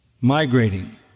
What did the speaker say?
migrating